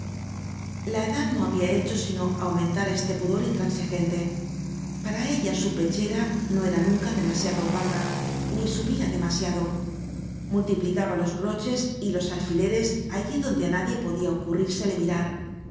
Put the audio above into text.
la edad no habia hecho sino aumentar este pudor intransigente para ella su pechera no era nunca demasiado opaca ni subia demasiado multiplicaba los broches y los alfileres allí donde á nadie podia ocurrírsele mirar